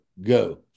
go